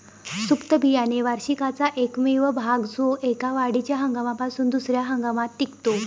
सुप्त बियाणे वार्षिकाचा एकमेव भाग जो एका वाढीच्या हंगामापासून दुसर्या हंगामात टिकतो